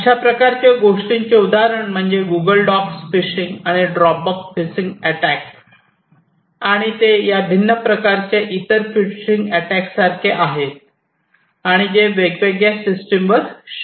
अशा प्रकारच्या गोष्टीचे उदाहरण म्हणजे गुगल डॉक्स फिशिंग आणि ड्रॉपबॉक्स फिशिंग अटॅक आणि ते या भिन्न प्रकारच्या इतर फिशिंग अटॅकसारखे आहेत आणि जे वेगवेगळ्या सिस्टीमवर शक्य आहेत